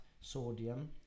sodium